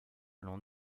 l’on